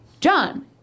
John